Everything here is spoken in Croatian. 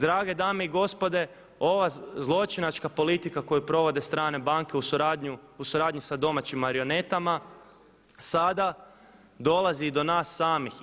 Drage dame i gospodo ova zločinačka politika koju provode strane banke u suradnji sa domaćim marionetama sada dolazi i do nas samih.